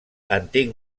antic